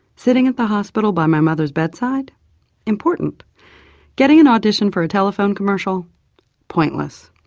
sitting at the hospital by my mother's bedside important getting an audition for a telephone commercial pointless.